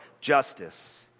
justice